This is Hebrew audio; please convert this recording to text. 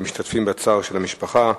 ואנחנו משתתפים בצער של המשפחה.